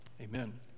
Amen